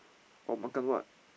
or makan what